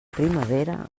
primavera